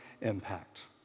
impact